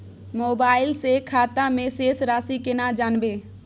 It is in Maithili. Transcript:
मोबाइल से खाता में शेस राशि केना जानबे?